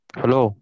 hello